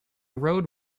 road